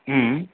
ம் ம்